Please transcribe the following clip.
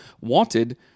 wanted